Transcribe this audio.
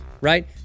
right